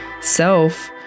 self